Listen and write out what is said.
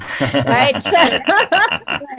right